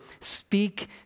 speak